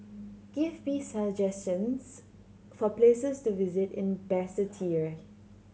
give me suggestions for places to visit in Basseterre